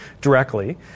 directly